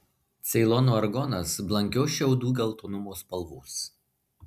ceilono argonas blankios šiaudų geltonumo spalvos